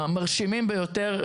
המרשימים ביותר.